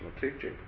teaching